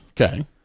Okay